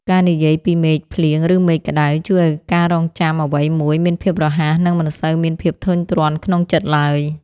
ការនិយាយពីមេឃភ្លៀងឬមេឃក្តៅជួយឱ្យការរង់ចាំអ្វីមួយមានភាពរហ័ស និងមិនសូវមានភាពធុញទ្រាន់ក្នុងចិត្តឡើយ។